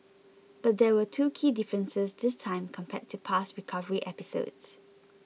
but there were two key differences this time compared to past recovery episodes